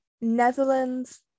Netherlands